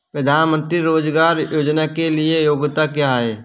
प्रधानमंत्री रोज़गार योजना के लिए योग्यता क्या है?